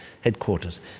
headquarters